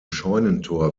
scheunentor